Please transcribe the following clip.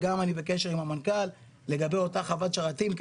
אני גם בקשר עם המנכ"ל לגבי אותה חוות שרתים,